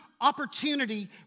opportunity